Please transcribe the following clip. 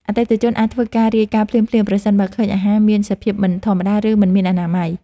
អតិថិជនអាចធ្វើការរាយការណ៍ភ្លាមៗប្រសិនបើឃើញអាហារមានសភាពមិនធម្មតា ឬមិនមានអនាម័យ។